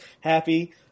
happy